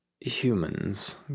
humans